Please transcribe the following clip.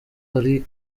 hari